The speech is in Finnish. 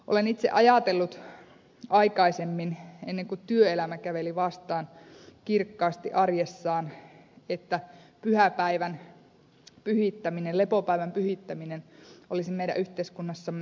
olen itse ajatellut aikaisemmin ennen kuin työelämä käveli vastaan kirkkaasti arjessa että pyhäpäivän pyhittäminen lepopäivän pyhittäminen olisi meidän yhteiskunnassamme pyhä asia